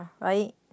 right